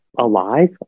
Alive